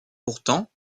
pourtant